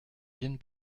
gêne